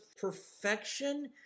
perfection